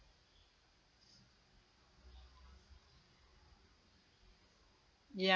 ya